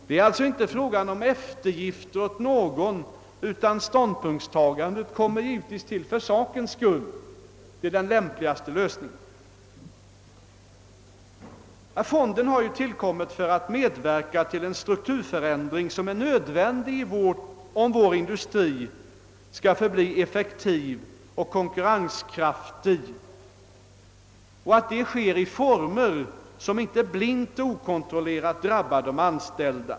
Det är inte fråga om eftergifter åt någon utan ståndpunktstagandet kommer givetvis till för sakens skull och för att vi anser lösningen vara den lämpligaste. Fonden har tillkommit för att medverka till en strukturförändring som är nödvändig, om vår industri skall kunna förbli effektiv och konkurrenskraftig, och för att den skall kunna ske i former som inte blint och okontrollerat drabbar de anställda.